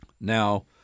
Now